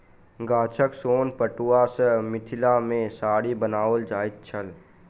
गाछक सोन पटुआ सॅ मिथिला मे साड़ी बनाओल जाइत छल